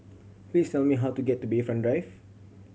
please tell me how to get to Bayfront Drive